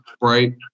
right